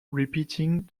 repeating